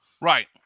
Right